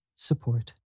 Support